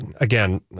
again